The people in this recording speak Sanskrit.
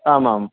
आमाम्